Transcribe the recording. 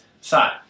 side